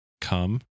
Come